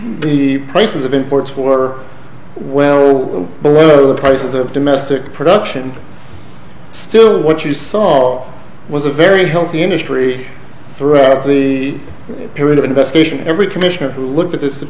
the prices of imports work well below the prices of domestic production still what you saw was a very healthy industry throughout the period of investigation every commissioner who looked at this